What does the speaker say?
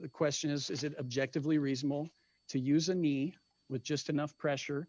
the question is is it objectively reasonable to use a knee with just enough pressure